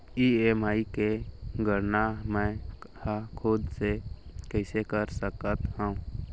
EMI के गड़ना मैं हा खुद से कइसे कर सकत हव?